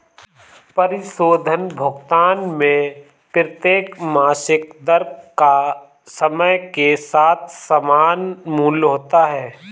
परिशोधन भुगतान में प्रत्येक मासिक दर का समय के साथ समान मूल्य होता है